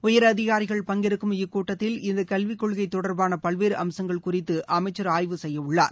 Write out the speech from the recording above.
உயரதிகாரிகள் பங்கேற்கும் இக்கூட்டத்தில் இந்த கல்வி கொள்கை தொடர்பான பல்வேறு அம்சங்கள் குறித்து அமைச்சர் ஆய்வு செய்ய உள்ளார்